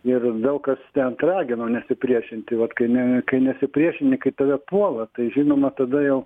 ir daug kas ten ragino nesipriešinti vat kai kai nesipriešini kai tave puola tai žinoma tada jau